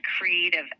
creative